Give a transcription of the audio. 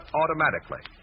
automatically